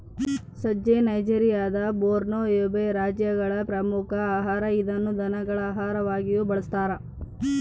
ಸಜ್ಜೆ ನೈಜೆರಿಯಾದ Borno, Yobe ರಾಜ್ಯಗಳ ಪ್ರಮುಖ ಆಹಾರ ಇದನ್ನು ದನಗಳ ಆಹಾರವಾಗಿಯೂ ಬಳಸ್ತಾರ